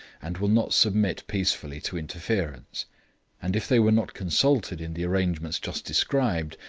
and will not submit peacefully to interference and if they were not consulted in the arrangements just described,